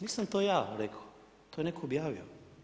Nisam to ja rekao, to je netko objavio.